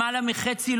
למעלה מחצי,